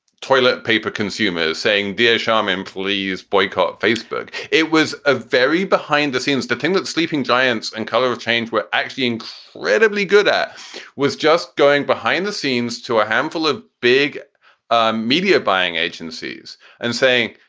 toilet paper consumers saying these ah shaam employees boycott facebook. it was a very behind the scenes. the thing that sleeping giants and color of change were actually incredibly good at was just going behind the scenes to a handful of big um media buying agencies and saying,